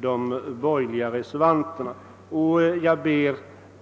de borgerliga reservanterna. Herr talman!